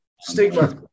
stigma